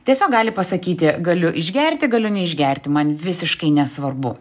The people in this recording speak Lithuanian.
tiesiog gali pasakyti galiu išgerti galiu neišgerti man visiškai nesvarbu